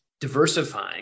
diversifying